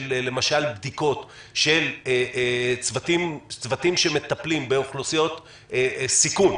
למשל של בדיקות של צוותים שמטפלים באוכלוסיות סיכון,